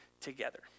together